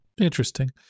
Interesting